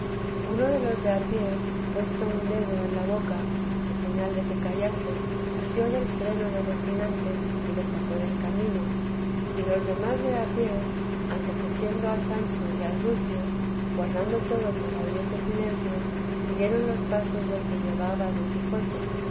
uno de los de a pie puesto un dedo en la boca en señal de que callase asió del freno de rocinante y le sacó del camino y los demás de a pie antecogiendo a sancho y al rucio guardando todos maravilloso silencio siguieron los pasos del que llevaba a don quijote